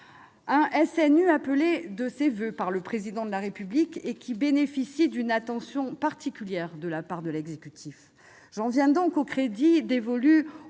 un SNU appelé de ses voeux par le Président de la République et qui bénéficie d'une attention particulière de la part de l'exécutif. J'en viens aux crédits dévolus